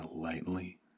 lightly